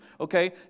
okay